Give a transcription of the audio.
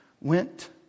went